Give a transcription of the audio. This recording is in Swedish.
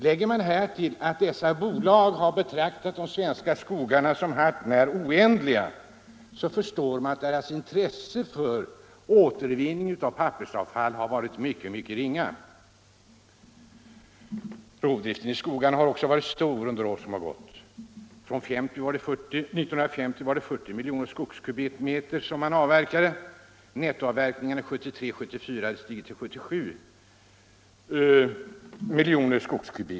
Lägger man härtill att dessa bolag har betraktat de svenska skogarna som hart när oändliga så förstår man att deras intresse för återvinning av pappersavfall har varit mycket ringa. Rovdriften i skogarna har också varit stor under de år som gått. År 1950 avverkade man 40 milj. m” skog, och nettoavverkningen åren 1934-1944 hade stigit till 77 milj. m? skog.